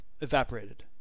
evaporated